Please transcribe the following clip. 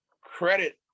credit